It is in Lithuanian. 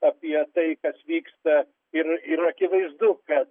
apie tai kas vyksta ir yra akivaizdu kad